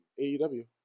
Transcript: AEW